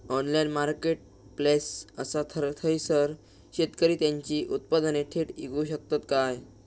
Online marketplace असा थयसर शेतकरी त्यांची उत्पादने थेट इकू शकतत काय?